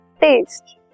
taste